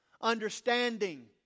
understanding